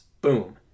Boom